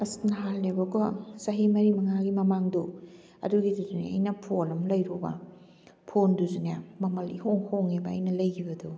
ꯑꯁ ꯅꯍꯥꯟꯅꯦꯕꯀꯣ ꯆꯍꯤ ꯃꯔꯤ ꯃꯉꯥꯒꯤ ꯃꯃꯥꯡꯗꯣ ꯑꯗꯨꯒꯤꯗꯨꯅꯦ ꯑꯩꯅ ꯐꯣꯟ ꯑꯃ ꯂꯩꯔꯨꯕ ꯐꯣꯟꯗꯨꯁꯨꯅꯦ ꯃꯃꯜ ꯏꯍꯣꯡ ꯍꯣꯡꯉꯦꯕ ꯑꯩꯅ ꯂꯩꯈꯤꯕꯗꯣ